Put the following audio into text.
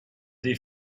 des